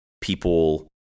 people